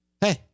hey